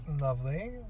Lovely